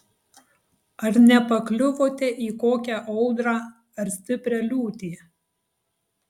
ar nepakliuvote į kokią audrą ar stiprią liūtį